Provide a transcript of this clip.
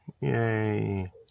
Yay